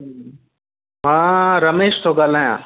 मां रमेश थो ॻाल्हायां